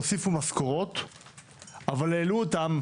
הוסיפו משכורות אבל העלו אותן,